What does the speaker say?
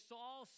Saul